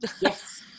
Yes